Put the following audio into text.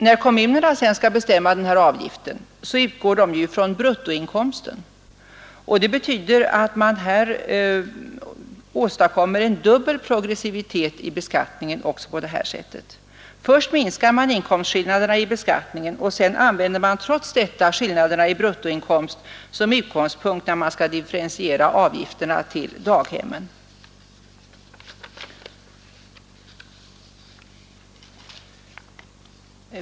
När kommunerna sedan skall bestämma den här avgiften utgår de från bruttoinkomsten, och det betyder att man här åstadkommer en dubbel progressivitet i beskattningen. Först minskar man inkomstskillnaderna i beskattningen och sedan använder man trots detta skillnaderna i bruttoinkomst som utgångspunkt när man skall differentiera avgifterna till daghemmen.